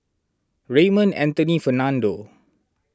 Raymond Anthony Fernando